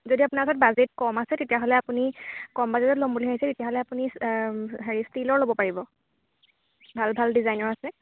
যদি আপোনাৰ তাত বাজেট কম আছে তেতিয়াহ'লে আপুনি কম বাজেটত ল'ম বুলি ভাবিছে তেতিয়াহ'লে আপুনি হেৰি ষ্টীলৰ ল'ব পাৰিব ভাল ভাল ডিজাইনৰ আছে